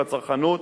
בצרכנות,